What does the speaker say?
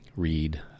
read